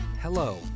Hello